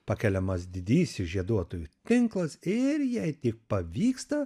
pakeliamas didysis žieduotojų tinklas ir jei tik pavyksta